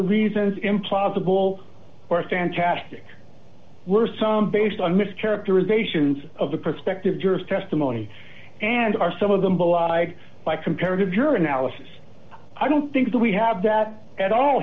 the reasons implausible or fantastic were some based on mis characterizations of the prospective jurors testimony and are some of them by comparative your analysis i don't think that we have that at all